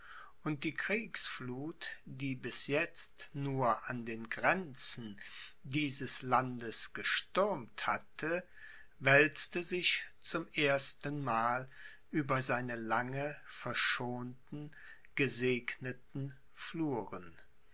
und die kriegsfluth die bis jetzt nur an den grenzen dieses landes gestürmt hatte wälzte sich zum erstenmal über seine lange verschonten gesegneten fluren